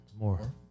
More